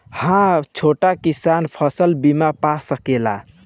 हा छोटा किसान फसल बीमा पा सकेला?